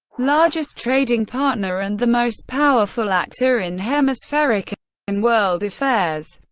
largest trading partner, and the most powerful actor in hemispheric and world affairs.